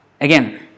again